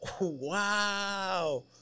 Wow